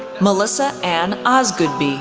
melissa ann osgoodby,